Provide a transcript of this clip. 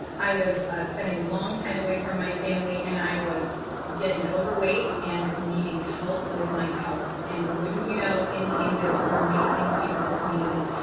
i was spending long time away from my family. and i was getting overweight and needing help with my health. and wouldn't you know, in came this amazing, beautiful community.